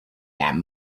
that